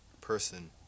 person